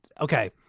okay